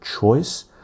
choice